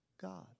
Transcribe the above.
God